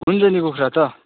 हुन्छ नि कुखुरा त